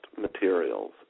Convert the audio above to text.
materials